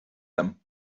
them